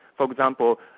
for example,